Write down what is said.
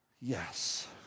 Yes